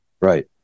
Right